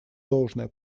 должное